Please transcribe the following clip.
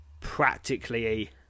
practically